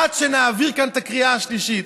עד שנעביר כאן את הקריאה השלישית.